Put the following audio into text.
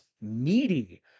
meaty